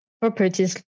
properties